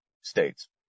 states